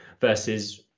versus